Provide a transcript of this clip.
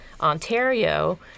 Ontario